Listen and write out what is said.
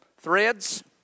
Threads